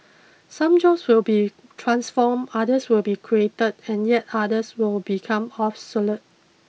some jobs will be transformed others will be created and yet others will become obsolete